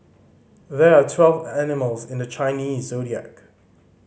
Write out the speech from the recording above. there are twelve animals in the Chinese Zodiac